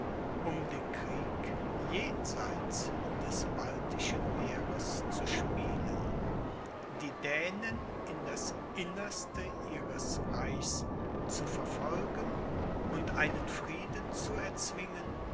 um den krieg jenseit des baltischen meeres zu spielen die dänen in das innerste ihres reichs zu verfolgen und einen frieden zu erzwingen